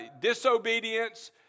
disobedience